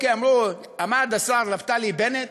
עמד השר נפתלי בנט,